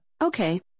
Okay